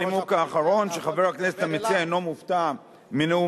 הנימוק האחרון: חבר הכנסת המציע אינו מופתע מנאום